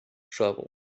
travel